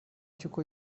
by’uko